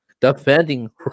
defending